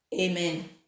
Amen